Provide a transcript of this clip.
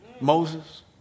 Moses